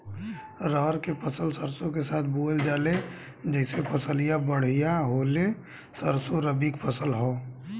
रहर क फसल सरसो के साथे बुवल जाले जैसे फसलिया बढ़िया होले सरसो रबीक फसल हवौ